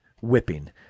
whipping